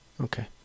Okay